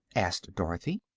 asked dorothy.